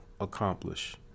accomplish